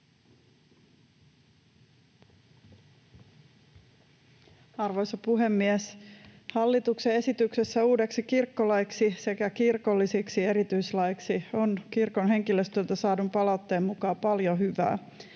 Arvoisa puhemies! Hallituksen esityksessä uudeksi kirkkolaiksi sekä kirkollisiksi erityislaeiksi on kirkon henkilöstöltä saadun palautteen mukaan paljon hyvää.